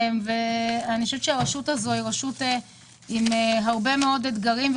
אני חושבת שזו רשות שבפניה יש הרבה מאוד אתגרים.